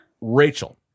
Rachel